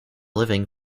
living